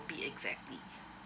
exactly